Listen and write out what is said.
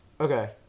Okay